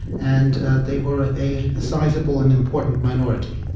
and they were a sizeable and important minority.